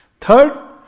Third